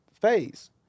phase